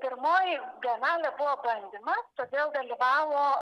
pirmoji bienalė buvo bandymas todėl dalyvavo